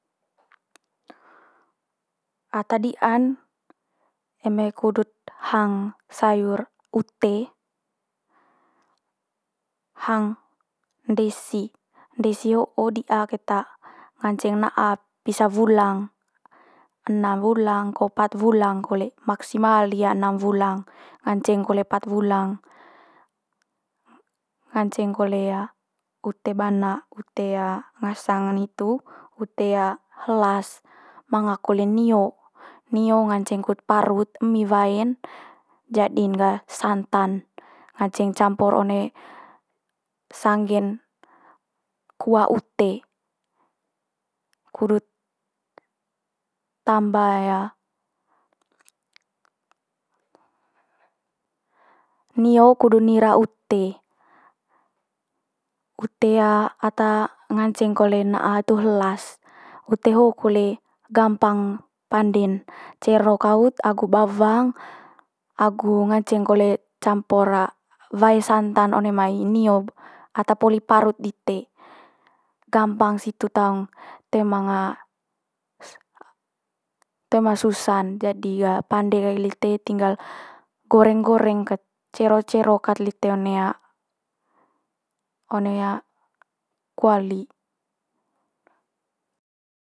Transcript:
ata di'an eme kudut hang sayur ute hang ndesi. Ndesi ho'o di'a keta, nganceng na'a pisa wulang, enam wulang ko pat wulang kole, maksimal dia enam wulang, nganceng kole pat wulang, nganceng kole ute bana ute ngasang ne hitu ute helas. Manga kole nio, nio nganceng kut parut emi wae'n, jadi'n ga santan. Nganceng campur one sanggen kuah ute kudut tambah nio kudu nira ute. Ute ata nganceng kole na'a itu helas. Ute ho'o kole gampang pande'n. Cero kaut agu bawang agu nganceng kole campur wae santan one mai nio ata poli parut dite, gampang situ taung toe manga toe ma susa'n. Jadi pande lite tinggal goreng goreng ket, cero cero ket lite one one kuali.